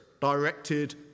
directed